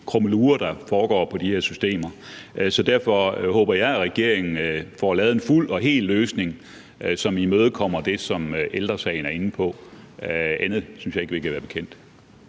krummelurer, der kan være på de her systemer. Så derfor håber jeg, at regeringen får lavet en fuld og hel løsning, som imødekommer det, som Ældre Sagen er inde på. Andet synes jeg ikke vi kan være bekendt.